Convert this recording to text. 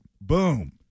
boom